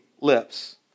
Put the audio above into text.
lips